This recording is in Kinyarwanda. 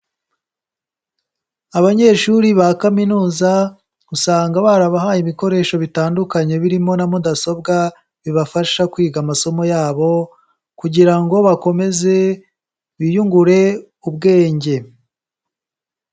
Abanyeshuri ba kaminuza usanga barabahaye ibikoresho bitandukanye, birimo na mudasobwa bibafasha kwiga amasomo yabo kugira ngo bakomeze biyungure ubwenge.